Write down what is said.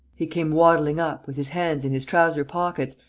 he came waddling up, with his hands in his trouser-pockets,